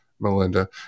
Melinda